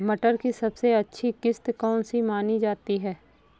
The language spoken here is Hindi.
मटर की सबसे अच्छी किश्त कौन सी मानी जाती है?